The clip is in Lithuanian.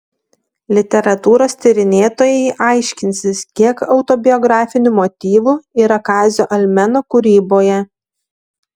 literatūros tyrinėtojai aiškinsis kiek autobiografinių motyvų yra kazio almeno kūryboje